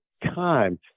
time